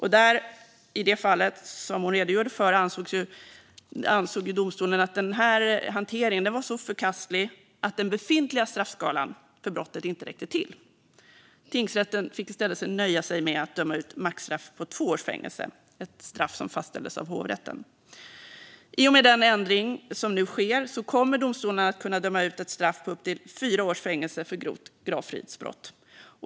I det fall som hon redogjorde för ansåg domstolen att hanteringen var så förkastlig att den befintliga straffskalan för brottet inte räckte till. Tingsrätten fick i stället nöja sig med att döma ut maxstraffet på två års fängelse, ett straff som fastställdes av hovrätten. I och med den ändring som nu sker kommer domstolarna att kunna döma ut ett straff på upp till fyra års fängelse för grovt gravfridsbrott.